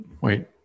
wait